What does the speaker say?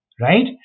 right